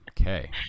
Okay